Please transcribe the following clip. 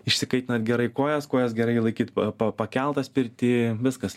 išsikaitinat gerai kojas kojas gerai laikyt pa pakeltas pirty viskas